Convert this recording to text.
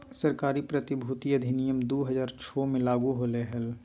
सरकारी प्रतिभूति अधिनियम दु हज़ार छो मे लागू होलय हल